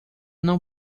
não